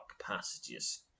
passages